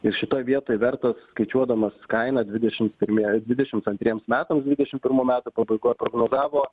ir šitoj vietoj vertas skaičiuodamos kainą dvidešim pirmie dvidešims antriems metams dvidešim pirmų metų pabaigoj prognozavo